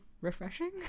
refreshing